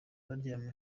baryamye